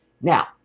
Now